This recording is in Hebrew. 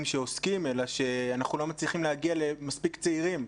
שעוסקים אלא שאנחנו לא מצליחים להגיע למספיק צעירים.